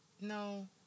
No